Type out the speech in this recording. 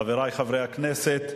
חברי חברי הכנסת,